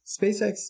SpaceX